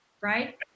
right